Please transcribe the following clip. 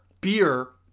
beer